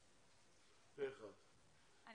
הצבעה בעד פה אחד אושר פה אחד שתי הצעות החוק מוזגו.